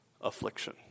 Affliction